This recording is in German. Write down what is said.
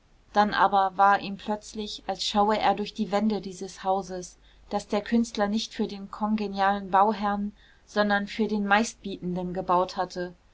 dann aber war ihm plötzlich als schaue er durch die wände dieses hauses das der künstler nicht für den kongenialen bauherrn sondern für den meistbietenden gebaut hatte